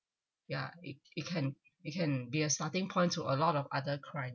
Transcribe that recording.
ya it it can it can be a starting point to a lot of other crimes